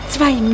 Zwei